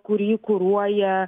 kurį kuruoja